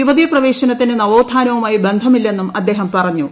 യുവതി പ്രവേശനത്തിന് നവോത്ഥാനവുമായി ബന്ധമില്ലെന്നും അദ്ദേഹം പറഞ്ഞു